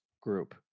group